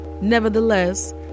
Nevertheless